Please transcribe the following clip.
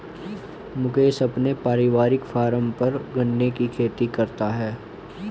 मुकेश अपने पारिवारिक फॉर्म पर गन्ने की खेती करता है